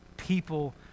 people